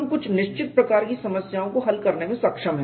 हम कुछ निश्चित प्रकार की समस्याओं को हल करने में सक्षम हैं